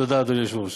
תודה, אדוני היושב-ראש.